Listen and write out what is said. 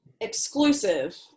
exclusive